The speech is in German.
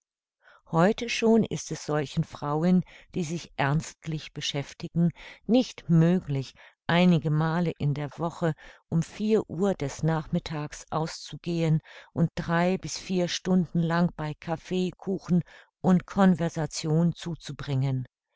heute schon ist es solchen frauen die sich ernstlich beschäftigen nicht möglich einige male in der woche um vier uhr des nachmittags auszugehen und drei bis vier stunden lang bei kaffee kuchen und conversation zuzubringen